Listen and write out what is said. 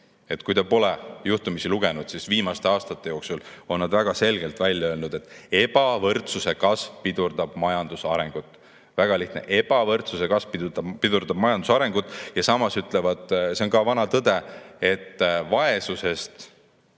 et kui te pole juhtumisi lugenud, siis viimaste aastate jooksul on nad väga selgelt välja öelnud, et ebavõrdsuse kasv pidurdab majanduse arengut. Väga lihtne: ebavõrdsuse kasv pidurdab majanduse arengut. Ja samas nad ütlevad, see on vana tõde, et vaesusest